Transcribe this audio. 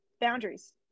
Boundaries